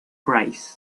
price